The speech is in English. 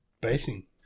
Basing